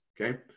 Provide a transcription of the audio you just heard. Okay